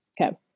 Okay